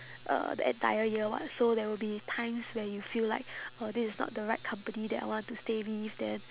uh the entire year [what] so there will be times where you feel like uh this is not the right company that I want to stay with then